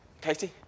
Katie